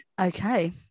okay